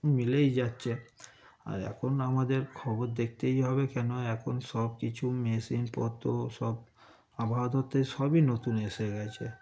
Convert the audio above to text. মিলেই যাচ্ছে আর এখন আমাদের খবর দেখতেই হবে কেন এখন সব কিছু মেশিনপত্র সব আবহওয়া দপ্তরে সবই নতুন এসে গিয়েছে